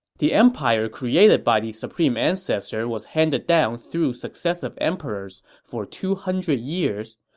the empire created by the supreme ancestor was handed down through successive emperors for two hundred years,